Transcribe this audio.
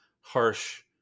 harsh